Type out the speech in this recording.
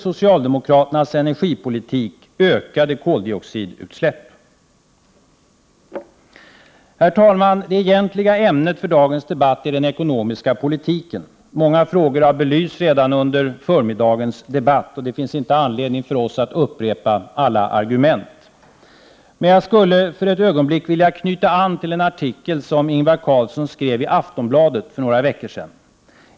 Herr talman! Det egentliga ämnet för dagens debatt är den ekonomiska politiken. Många frågor har redan belysts under förmiddagens debatt. Det finns inte anledning att upprepa alla argument. Men jag skulle för ett ögonblick vilja knyta an till en artikel som Ingvar Carlsson skrev i Aftonbladet för några veckor sedan.